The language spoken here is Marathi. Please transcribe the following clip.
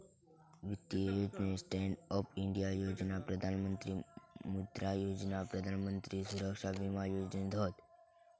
वित्तीय योजनेत स्टॅन्ड अप इंडिया योजना, प्रधान मंत्री मुद्रा योजना, प्रधान मंत्री सुरक्षा विमा योजना हत